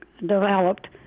developed